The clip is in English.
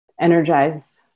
energized